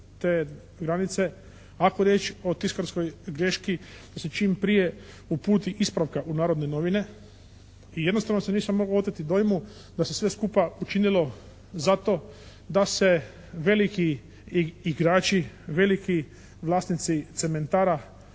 te granice. Ako je riječ o tiskarskoj greški da se čim prije uputi ispravka u "Narodne novine" i jednostavno se nisam mogao oteti dojmu da se sve skupa učinilo zato da se veliki igrači, veliki vlasnici cementara